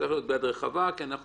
צריך להיות ביד רחבה כי אנחנו